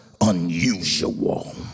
unusual